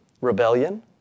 rebellion